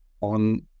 on